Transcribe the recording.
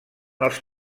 els